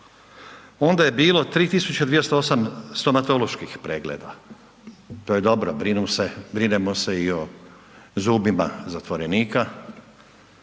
onda je bilo 3.208 stomatoloških pregleda, to je dobro, brinemo se i o zubima zatvorenika